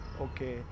Okay